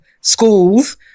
schools